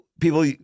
people